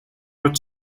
руу